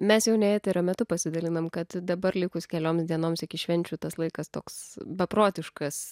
mes jau ne eterio metu pasidalinom kad dabar likus keliom dienoms iki švenčių tas laikas toks beprotiškas